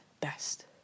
best